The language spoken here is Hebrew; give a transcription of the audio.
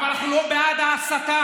אבל אנחנו לא בעד ההסתה,